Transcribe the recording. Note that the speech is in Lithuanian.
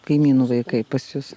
kaimynų vaikai pas jus